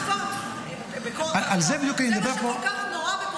--- זה מה כל כך --- על זה בדיוק אני מדבר פה.